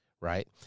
Right